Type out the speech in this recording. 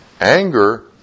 Anger